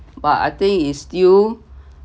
but I think is still